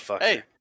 Hey